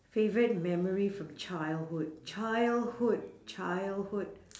favourite memory from childhood childhood childhood